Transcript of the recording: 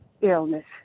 illness